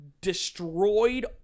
destroyed